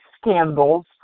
scandals